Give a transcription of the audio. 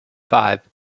five